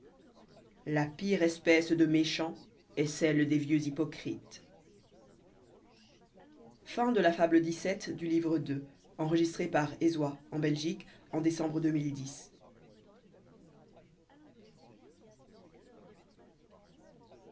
la pire espèce de méchants est celle des vieux hypocrites